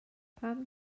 pam